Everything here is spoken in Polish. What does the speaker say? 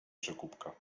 przekupka